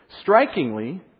strikingly